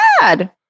bad